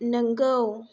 नोंगौ